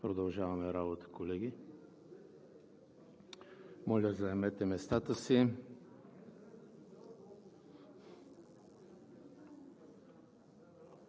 Продължаваме работа, колеги. Моля, заемете местата си.